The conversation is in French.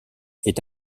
est